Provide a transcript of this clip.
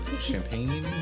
champagne